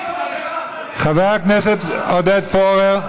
חבר הכנסת עודד פורר.